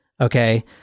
Okay